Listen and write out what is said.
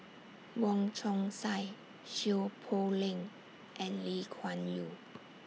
Wong Chong Sai Seow Poh Leng and Lee Kuan Yew